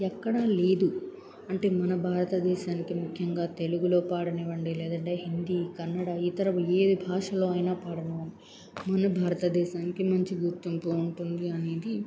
ఎక్కడా లేదు అంటే మన భారతదేశానికి ముఖ్యంగా తెలుగులో పాడనివ్వండి లేదంటే హిందీ కన్నడ ఇతర ఏ భాషలో అయినా పాడనివ్వండి మన భారతదేశానికి మంచి గుర్తింపు ఉంటుంది అనేది